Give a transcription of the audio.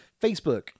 Facebook